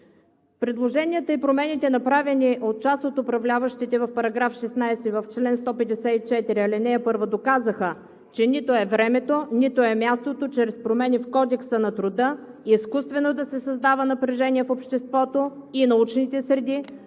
Предложенията и промените, направени от част от управляващите в § 16 – в чл. 154, ал. 1, доказаха, че нито е времето, нито е мястото чрез промени в Кодекса на труда изкуствено да се създава напрежение в обществото и научните среди